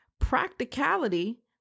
practicality